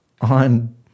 on